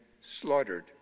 slaughtered